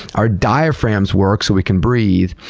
our diaphragms work so we can breathe.